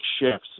shifts